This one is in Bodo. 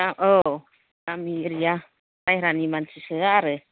औ गामि एरिया बायरानि मानसि सोया आरो